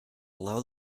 allow